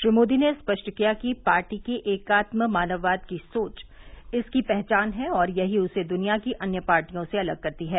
श्री मोदी ने स्पष्ट किया कि पार्टी की एकात्म मानववाद की सोच इसकी पहचान है और यही उसे दुनिया की अन्य पार्टियों से अलग करती है